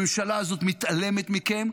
הממשלה הזאת מתעלמת מכם,